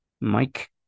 Mike